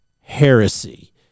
heresy